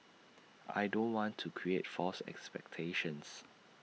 I don't want to create false expectations